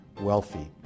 wealthy